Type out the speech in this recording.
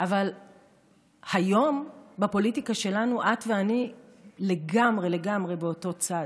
אבל היום בפוליטיקה שלנו את ואני לגמרי לגמרי באותו צד,